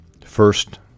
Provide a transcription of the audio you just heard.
First